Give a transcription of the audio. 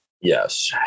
yes